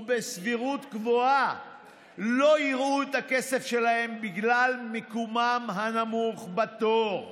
ובסבירות גבוהה לא יראו את הכסף שלהם בגלל מיקומם הנמוך בתור.